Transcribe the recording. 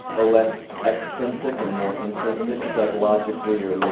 ah less extrinsic and more intrinsic psychologically or